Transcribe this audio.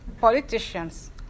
politicians